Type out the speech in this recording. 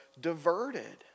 diverted